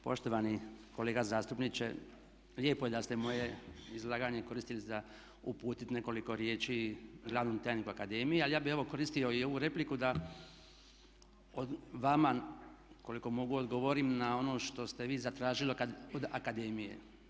Poštovani kolega zastupniče, lijepo je da ste moje izlaganje koristiti za uputiti nekoliko riječi glavnom tajniku akademije, ali ja bih evo koristio i ovu repliku da vama koliko mogu odgovorim na ono što ste vi zatražili od akademije.